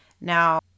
Now